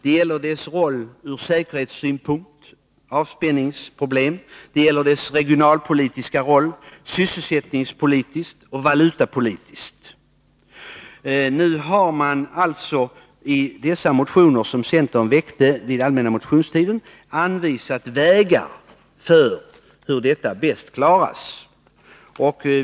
Det gäller dess roll ur säkerhetssynpunkt med avspänningsproblemen, dess regionalpolitiska roll, dess sysselsättningspolitiska roll och dess valutapolitiska roll. I de motioner som centern väckte under allmänna motionstiden har vi anvisat vägar för hur detta bäst klaras.